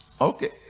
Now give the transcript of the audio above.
Okay